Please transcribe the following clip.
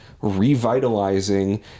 revitalizing